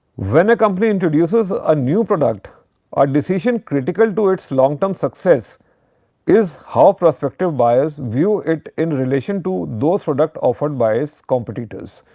when a company introduces a new product a decision critical to its long term success is how prospective buyers view it in relation to those product offered by its competitors.